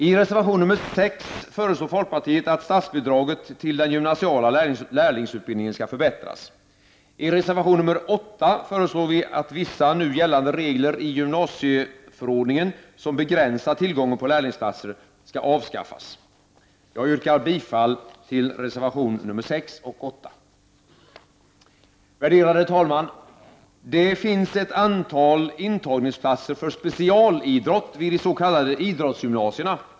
I reservation nr 8 föreslår vi att vissa nu gällande regler i gymnasieförordningen som begränsar tillgången på lärlingsplatser skall avskaffas. Jag yrkar bifall till reservationerna 6 och 8. Värderade talman! Det finns ett antal intagningsplatser för specialidrott vid de s.k. idrottsgymnasierna.